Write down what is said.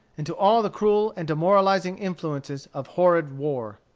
and to all the cruel and demoralizing influences of horrid war.